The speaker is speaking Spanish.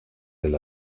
del